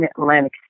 Atlantic